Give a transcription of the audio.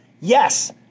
yes